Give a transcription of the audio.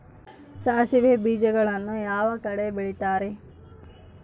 ಸಾಸಿವೆ ಬೇಜಗಳನ್ನ ಯಾವ ಕಡೆ ಬೆಳಿತಾರೆ?